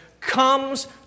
comes